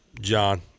John